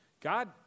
God